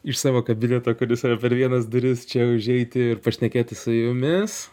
iš savo kabineto kuris yra per vienas duris čia užeiti ir pašnekėti su jumis